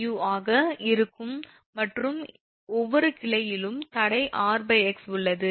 𝑢 ஆக இருக்கும் மற்றும் ஒவ்வொரு கிளையிலும் தடை 𝑟𝑥 உள்ளது